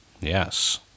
Yes